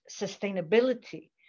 sustainability